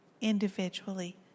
individually